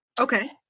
Okay